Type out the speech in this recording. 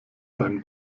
beim